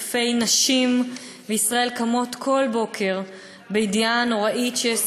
אלפי נשים בישראל קמות כל בוקר בידיעה הנוראית שיש